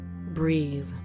Breathe